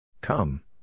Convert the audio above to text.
Come